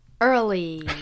Early